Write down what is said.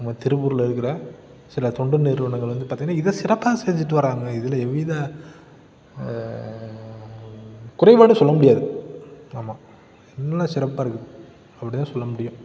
நம்ம திருப்பூரில் இருக்கிற சில தொண்டு நிறுவனங்கள் வந்து பார்த்தீங்கன்னா இதை சிறப்பாக செஞ்சிட்டு வராங்க இதில் எவ்வித குறைபாடும் சொல்ல முடியாது ஆமாம் இன்னும் சிறப்பாக இருக்குது அப்படிதான் சொல்ல முடியும்